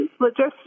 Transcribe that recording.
logistics